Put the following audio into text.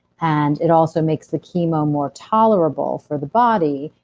and it also makes the chemo more tolerable for the body.